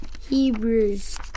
Hebrews